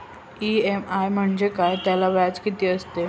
EMI म्हणजे काय? त्याला व्याज किती असतो?